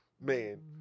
man